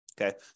okay